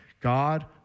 God